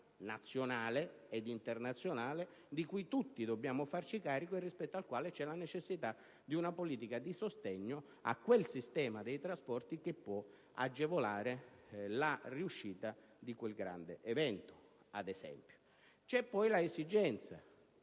nazionale e internazionale di cui tutti dobbiamo farci carico e rispetto al quale c'è la necessità di una politica di sostegno a quel sistema dei trasporti in modo da agevolare la riuscita di un così grande evento. C'è poi l'esigenza